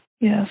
Yes